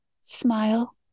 smile